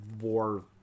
war